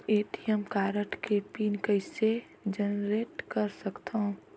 ATM card के pin कइसे generate कर सकथव?